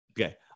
Okay